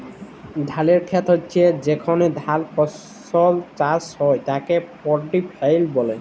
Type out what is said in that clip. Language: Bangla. ধালের খেত হচ্যে যেখলে ধাল ফসল চাষ হ্যয় তাকে পাড্ডি ফেইল্ড ব্যলে